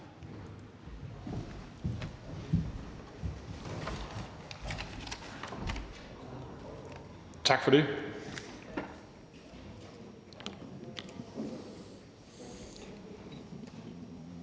Tak for det,